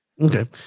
Okay